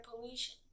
pollution